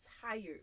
tired